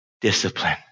discipline